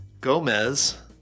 gomez